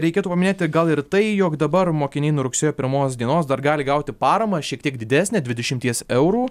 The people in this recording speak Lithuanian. reikėtų paminėti gal ir tai jog dabar mokiniai nuo rugsėjo pirmos dienos dar gali gauti paramą šiek tiek didesnę dvidešimties eurų